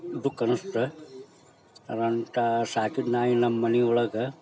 ದುಃಖ ಅನ್ನಿಸ್ತಾ ಅದ್ರಂಥ ಸಾಕಿದ ನಾಯಿ ನಮ್ಮನೆ ಒಳಗೆ